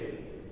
6Z2n2